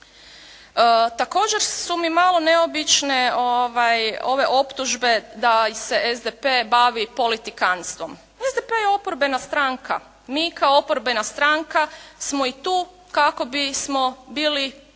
Također su mi malo neobične ove optužbe da se SDP bavi politikantstvom. SDP je oporbena stranka. Mi kao oporbena stranka smo i tu kako bismo bili ustvari